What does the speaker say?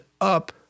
up